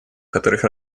которых